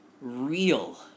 real